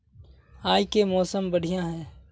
आय के मौसम बढ़िया है?